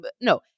No